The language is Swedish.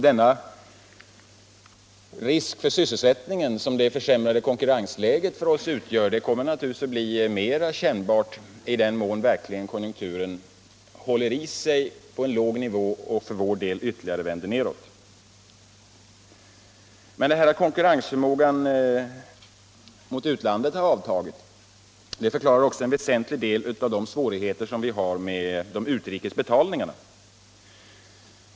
Den risk för sysselsättningen som det försämrade konkurrensläget utgör för oss kommer naturligtvis att bli mera kännbar i den mån konjunkturen håller i på en låg nivå och för vår del ytterligare vänder nedåt. Att konkurrensförmågan gentemot utlandet har avtagit förklarar också en väsentlig del av de svårigheter som vi har med utrikesbetalningarna.